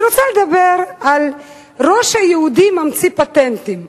אני רוצה לדבר על הראש היהודי הממציא פטנטים,